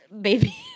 baby